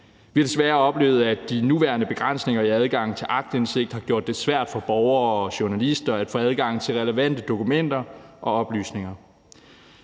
Vi har desværre oplevet, at de nuværende begrænsninger i adgangen til aktindsigt har gjort det svært for borgere og journalister at få adgang til relevante dokumenter og oplysninger.